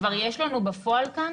כבר יש לנו בפועל כאן?